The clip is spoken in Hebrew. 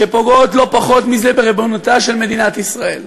שפוגעות לא פחות מזה בריבונותה של מדינת ישראל.